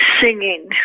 singing